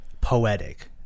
poetic